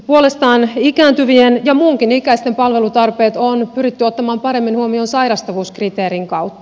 puolestaan ikääntyvien ja muunkin ikäisten palvelutarpeet on pyritty ottamaan paremmin huomioon sairastavuuskriteerin kautta